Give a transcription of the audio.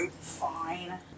Fine